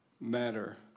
matter